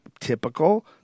typical